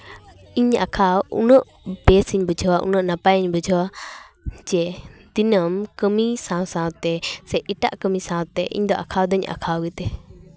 ᱤᱧ ᱟᱸᱠᱷᱟᱣ ᱩᱱᱟᱹᱜ ᱵᱮᱥ ᱤᱧ ᱵᱩᱡᱷᱟᱹᱣᱟ ᱩᱱᱟᱹᱜ ᱱᱟᱯᱟᱭᱤᱧ ᱵᱩᱡᱷᱟᱹᱣᱟ ᱡᱮ ᱫᱤᱱᱟᱹᱢ ᱠᱟᱹᱢᱤ ᱥᱟᱶ ᱥᱟᱶᱛᱮ ᱮᱴᱟᱜ ᱠᱟᱹᱢᱤ ᱥᱟᱶᱛᱮ ᱤᱧ ᱫᱚ ᱟᱸᱠᱟᱣ ᱫᱚᱧ ᱟᱸᱠᱷᱟᱣ ᱜᱮᱛᱮ